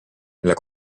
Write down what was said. mille